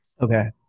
Okay